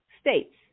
states